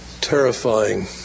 terrifying